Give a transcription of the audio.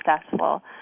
successful